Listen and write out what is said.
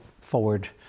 forward